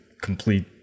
complete